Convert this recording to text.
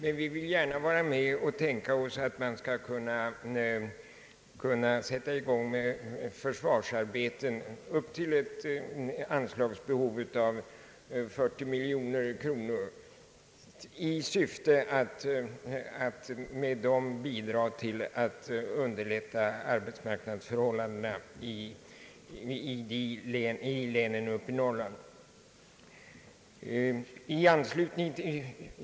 Vi vill alltså gärna vara med om att sätta i gång försvarsarbeten upp till ett anslagsbehov av 40 miljoner kronor i syfte att därmed bidra till att underlätta arbetsmarknadsförhållandena i norrlandslänen.